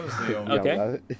Okay